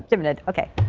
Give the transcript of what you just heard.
the minute ok.